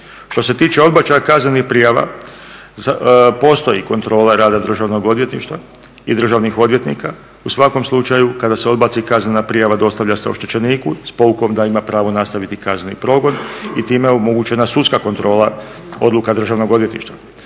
Što se tiče odbačaja kaznenih prijava postoji kontrola rada Državnog odvjetništva i državnih odvjetnika. U svakom slučaju kada se odbaci kaznena prijava dostavlja se oštećeniku s poukom da ima pravo nastaviti kazneni progon i time je omogućena sudska kontrola odluka Državnog odvjetništva.